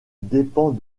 dépend